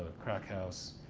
krackhouse,